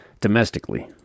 Domestically